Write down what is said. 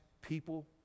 people